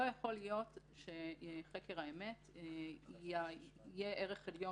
לא יכול להיות שחקר האמת יהיה ערך עליון